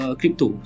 crypto